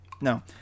No